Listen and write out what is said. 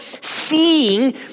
seeing